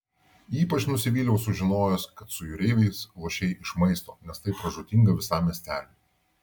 ypač nusivyliau sužinojęs kad su jūreiviais lošei iš maisto nes tai pražūtinga visam miesteliui